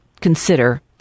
consider